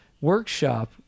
workshop